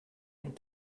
and